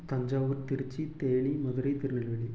Thanjavur Tiruchi Theni Madurai Tirunelveli